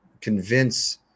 convince